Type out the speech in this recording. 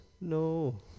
No